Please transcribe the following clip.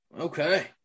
okay